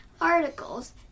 articles